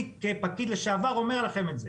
אני כפקיד לשעבר אומר לכם את זה.